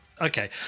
Okay